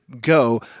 go